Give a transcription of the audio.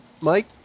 Mike